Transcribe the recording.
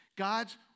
God's